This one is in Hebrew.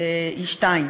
הן שתיים: